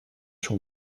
schon